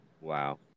Wow